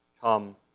Come